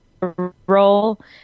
role